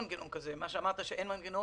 אמרת שאין מנגנון,